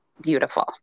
beautiful